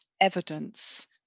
evidence